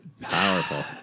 Powerful